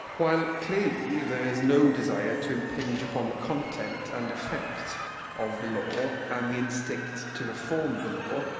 while, clearly, there is no desire to impinge upon the content and effect of the law, and the instinct to reform the law,